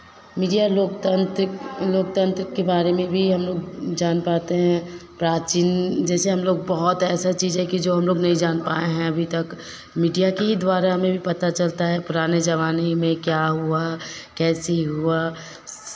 media लोकतांत्रिक लोकतंत्र के बारे में हम लोग जान पाते हैं प्राचीन जैसे हम लोग बहुत ऐसा चीज़ है कि जो हम लोग नहीं जान पाए हैं अभी तक मीडिया के ही द्वारा हमें भी पता चलता है पुराने ज़माने में क्या हुआ कैसे हुआ सब